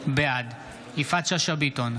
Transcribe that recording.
בעד יפעת שאשא ביטון,